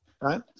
right